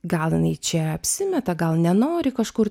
gal jinai čia apsimeta gal nenori kažkur